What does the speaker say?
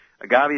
agave